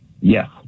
Yes